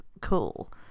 cool